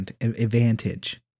advantage